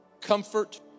comfort